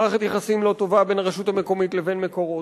מערכת יחסים לא טובה בין הרשות המקומית לבין "מקורות",